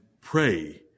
pray